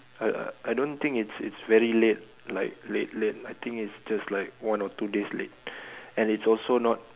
I I don't think it's it's very late like late late I think it's just like one or two days late and it's also not